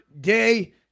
day